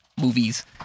movies